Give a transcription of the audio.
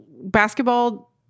basketball